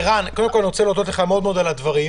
קודם כול אני רוצה להודות לך מאוד מאוד על הדברים.